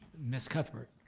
miss cuthbert.